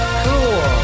cool